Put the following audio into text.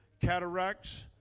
Cataracts